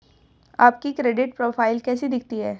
आपकी credit profile कैसी दिखती है?